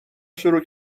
شروع